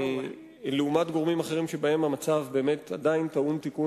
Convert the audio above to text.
זה לעומת גורמים אחרים שבהם באמת המצב עדיין טעון תיקון,